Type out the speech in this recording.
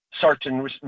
certain